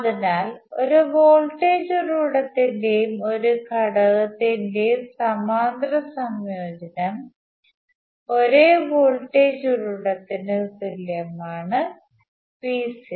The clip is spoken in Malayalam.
അതിനാൽ ഒരു വോൾട്ടേജ് ഉറവിടത്തിന്റെയും ഒരു ഘടകത്തിന്റെയും സമാന്തര സംയോജനം ഒരേ വോൾട്ടേജ് ഉറവിടത്തിന് തുല്യമാണ് Vo